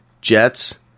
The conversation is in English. Jets